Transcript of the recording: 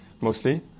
mostly